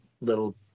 little